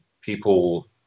people